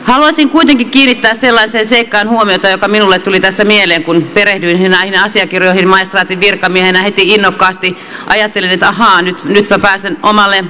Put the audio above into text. haluaisin kuitenkin kiinnittää sellaiseen seikkaan huomiota joka minulle tuli tässä mieleen kun perehdyin näihin asiakirjoihin maistraatin virkamiehenä heti innokkaasti ajattelin että ahaa nytpä pääsen omalle kentälleni